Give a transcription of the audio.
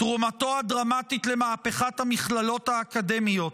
תרומתו הדרמטית למהפכת המכללות האקדמיות,